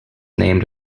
name